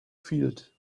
field